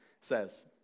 says